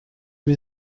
bin